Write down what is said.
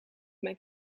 mijn